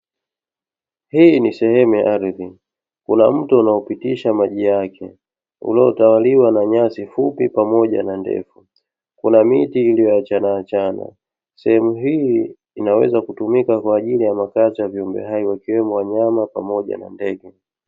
Hii ni sehemu ya ardhi, Kuna mto unaopitisha maji yake, Ulio tawaliwa na nyasi fupi pamoja na ndefu, Kuna miti iliyo achana achana, Sehemu hii inaweza kutumika kwaajili ya makazi ya viumbe hai wakiwemo wanyama pamoja na ndege.